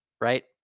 right